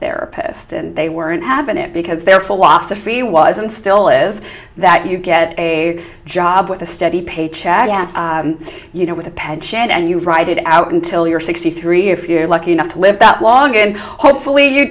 therapist and they weren't having it because their philosophy was and still is that you get a job with a steady paycheck you know with a pension and you ride it out until you're sixty three if you're lucky enough to live that long and hopefully you